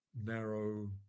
narrow